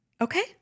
okay